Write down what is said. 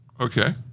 Okay